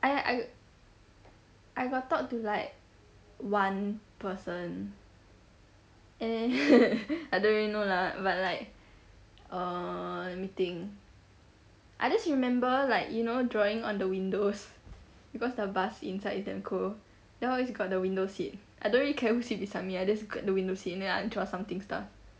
I I got talk to like one person eh I don't really know lah but like uh let me think I just remember like you know drawing on the windows because the bus inside is damn cold then always got the window seat I don't really care who sit beside me I just grab the window seat and then I draw something stuff